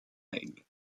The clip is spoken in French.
règle